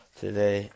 today